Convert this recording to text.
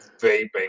vaping